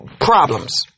problems